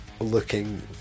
looking